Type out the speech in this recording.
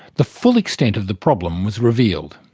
the full extent of the problem was revealed.